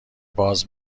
باز